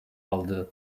aldı